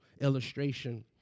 illustration